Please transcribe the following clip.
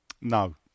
no